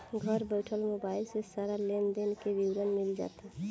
घर बइठल मोबाइल से सारा लेन देन के विवरण मिल जाता